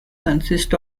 consists